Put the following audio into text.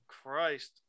Christ